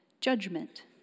judgment